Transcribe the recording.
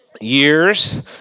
years